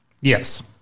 Yes